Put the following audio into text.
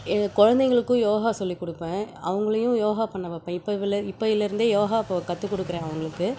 என் குழந்தைகளுக்கும் யோகா சொல்லி கொடுப்பேன் அவங்களையும் யோகா பண்ண வைப்பேன் இப்பவும்ல இப்பயிலேருந்தே யோகா இப்போ கற்றுக் கொடுக்கறேன் அவங்களுக்கு